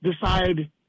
decide